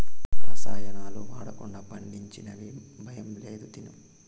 రసాయనాలు వాడకుండా పండించినవి భయం లేదు తిను